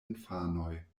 infanoj